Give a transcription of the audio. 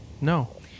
No